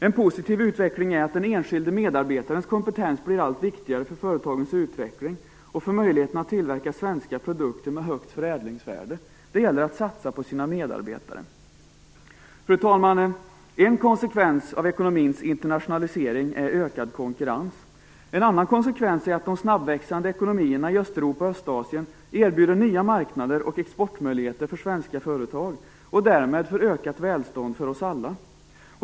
En positiv utveckling är att den enskilde medarbetarens kompetens blir allt viktigare för företagens utveckling och för möjligheten att tillverka svenska produkter med högt förädlingsvärde. Det gäller att satsa på sina medarbetare. Fru talman! En konsekvens av ekonomins internationalisering är ökad konkurrens. En annan konsekvens är att de snabbväxande ekonomierna i Östeuropa och Östasien erbjuder nya marknader och exportmöjligheter för svenska företag och därmed för ökat välstånd för oss alla.